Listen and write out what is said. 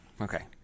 Okay